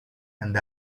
and